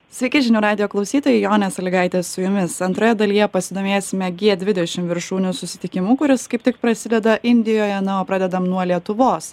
sveiki žinių radijo klausytojai jonė salygaitė su jumis antroje dalyje pasidomėsime gie dvidešim viršūnių susitikimu kuris kaip tik prasideda indijoje na o pradedam nuo lietuvos